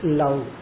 love